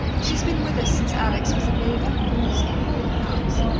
she's been with us since alex was a baby, and rules the whole house.